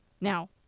Now